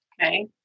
Okay